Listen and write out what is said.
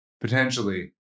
Potentially